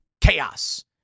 chaos